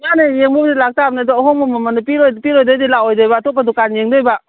ꯌꯥꯅꯤ ꯌꯦꯡꯕꯕꯨꯗꯤ ꯂꯥꯛꯇꯕꯅꯤ ꯑꯗꯣ ꯑꯍꯣꯡꯕ ꯃꯃꯜꯗ ꯄꯤꯔꯣꯏꯗꯣꯏꯗꯤ ꯂꯥꯛꯂꯣꯏꯗꯣꯏꯕ ꯑꯇꯣꯞꯄ ꯗꯨꯀꯥꯟ ꯌꯦꯡꯗꯣꯏꯕ